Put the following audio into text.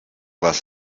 was